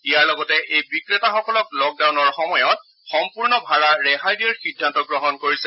ইয়াৰ লগতে এই বিক্ৰেতাসকলক লক ডাউনৰ সময়ত সম্পূৰ্ণ ভাডা ৰেহাই দিয়াৰ সিদ্ধান্ত গ্ৰহণ কৰিছে